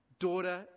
daughter